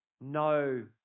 no